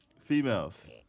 females